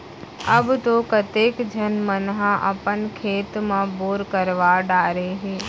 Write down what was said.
अब तो कतेक झन मन ह अपन खेत म बोर करवा डारे हें